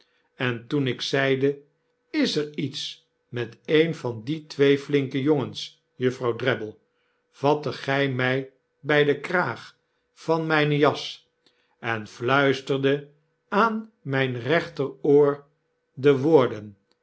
en toen ik zeide is er iets met een van die twee flinke jongens juffrouw drabble vattet gij my by den kraag van myne jas en fluisterdet aan myn rechteroor de woorden